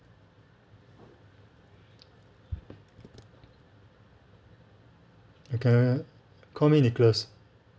you can call me nicholas